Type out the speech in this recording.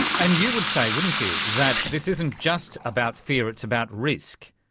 and you would say, wouldn't you, that this isn't just about fear, it's about risk.